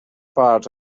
part